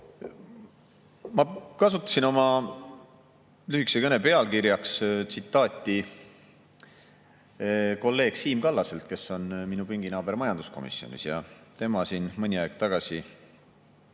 kasutasin oma lühikese kõne pealkirjana tsitaati kolleeg Siim Kallaselt, kes on minu pinginaaber majanduskomisjonis. Tema siin mõni aeg tagasi